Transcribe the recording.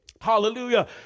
hallelujah